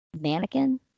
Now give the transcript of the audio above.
mannequin